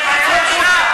הכנסת.